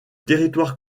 territoire